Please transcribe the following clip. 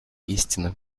истины